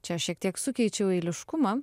čia aš šiek tiek sukeičiau eiliškumą